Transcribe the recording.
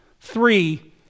Three